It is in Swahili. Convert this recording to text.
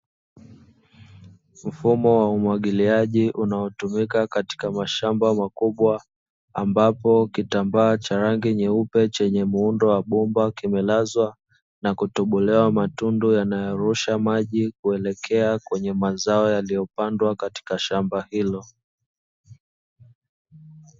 Mfumo wa umwagiliaji unaotumika katika mashamba makubwa, ambapo kitambaa cha rangi nyeupe chenye muundo wa bomba, kimelazwa na kutobolewa matundu yanayorusha maji kuelekea kwenye mazao yaliyopandwa katika shamba hilo.